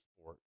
sport